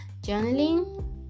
journaling